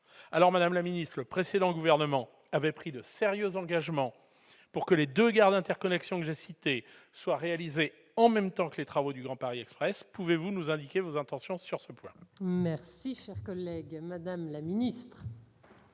! Madame la ministre, le précédent gouvernement avait pris de sérieux engagements pour que les deux gares d'interconnexion que j'ai citées soient réalisées en même temps que les travaux du Grand Paris Express. Pouvez-vous nous indiquer vos intentions sur ce point ? La parole est à Mme la ministre.